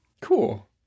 Cool